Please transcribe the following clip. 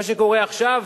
מה שקורה עכשיו